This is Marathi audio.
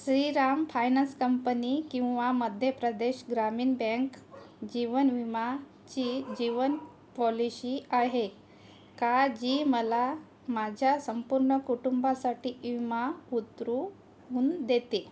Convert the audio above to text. श्रीराम फायनान्स कंपनी किंवा मध्य प्रदेश ग्रामीण बँक जीवन विमा ची जीवन पॉलिशी आहे का जी मला माझ्या संपूर्ण कुटुंबासाठी विमा उतरवून देते